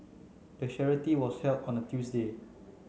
the charity run was held on a Tuesday